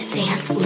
dance